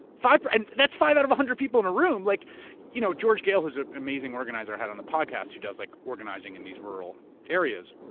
five. and that's five out of a hundred people in a room. like you know george gale, who's an amazing organizer, had on the podcast who does like organizing in these rural areas.